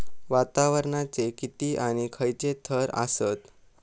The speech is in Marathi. वातावरणाचे किती आणि खैयचे थर आसत?